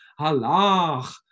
halach